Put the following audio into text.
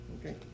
Okay